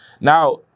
Now